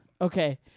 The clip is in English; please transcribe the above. Okay